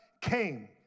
came